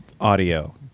Audio